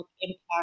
impact